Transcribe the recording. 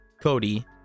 Cody